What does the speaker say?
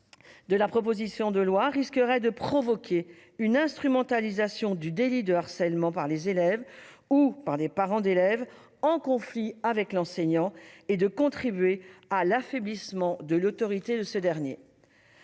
de la proposition de loi, risquerait de provoquer une instrumentalisation du délit de harcèlement par des élèves ou des parents d'élèves en conflit avec l'enseignant, et de contribuer à l'affaiblissement de l'autorité de ce dernier.